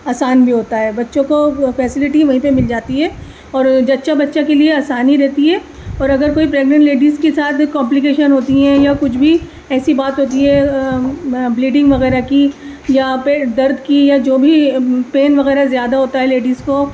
آسان بھی ہوتا ہے بچوں کو فیسلٹی وہیں پہ ملتی جاتی ہیں اور جچہ بچہ کے لیے آسانی رہتی ہے اور اگر کوئی پریگننٹ لیڈیز کے ساتھ کامپلیکیشن ہوتی ہیں یا کچھ بھی ایسی بات ہوتی ہے بلیڈنگ وغیرہ کی یا پھر درد کی یا جو بھی پین وغیرہ زیادہ ہوتا تھا لیڈیز کو